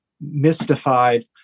mystified